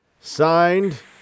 Signed